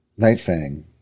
Nightfang